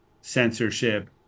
censorship